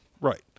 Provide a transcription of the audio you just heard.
Right